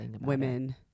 women